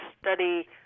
study